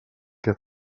que